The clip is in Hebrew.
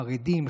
חרדים,